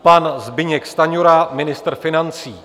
Pan Zbyněk Stanjura, ministr financí.